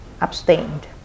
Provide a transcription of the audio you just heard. abstained